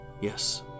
Yes